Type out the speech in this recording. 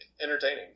entertaining